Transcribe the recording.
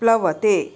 प्लवते